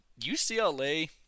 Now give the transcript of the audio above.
UCLA